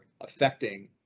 affecting